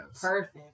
Perfect